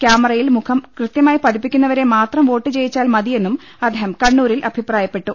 ക്യാമറയിൽ മുഖം കൃത്യമായി പതിപ്പി ക്കുന്നവരെ മാത്രം വോട്ട് ചെയ്യിച്ചാൽ മതിയെന്നും അദ്ദേഹം കണ്ണൂ രിൽ അഭിപ്രായപ്പെട്ടു